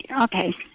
Okay